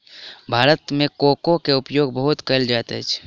भारत मे कोको के उपयोग बहुत कयल जाइत अछि